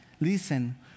Listen